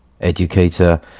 educator